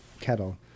kettle